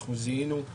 אנחנו זיהינו,